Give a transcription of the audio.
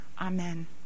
Amen